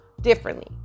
differently